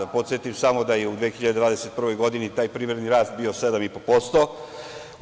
Da podsetim samo da je u 2021. godini taj privredni rast bio 7,5%